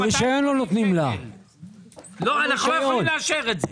לא יכולים לאשר את זה.